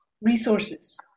resources